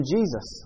Jesus